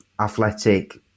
athletic